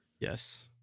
yes